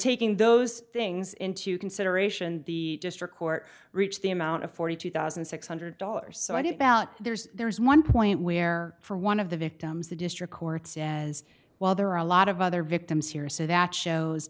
taking those things into consideration the district court reached the amount of forty two thousand six hundred dollars so i don't doubt there's there is one point where for one of the victims the district courts in as well there are a lot of other victims here so that shows